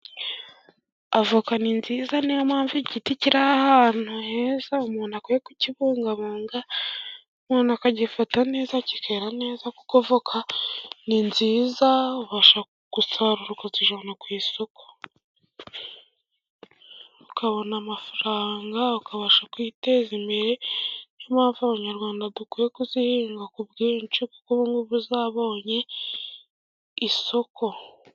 Avoka ni nziza niyo mpamvu, igiti kiri ahantu heza umuntu akwiye kukibungabunga; umuntu akagifata neza kikera neza kuko avoka ni nziza ubasha gusarura tukazijyana ku isoko ukabona amafaranga, ukabasha kwiteza imbere; abanyarwanda dukwiye kuzihinga kuko ubungubu zabonye isoko.